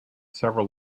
several